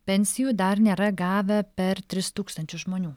pensijų dar nėra gavę per tris tūkstančius žmonių